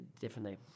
differently